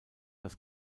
das